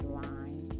line